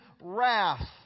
wrath